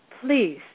please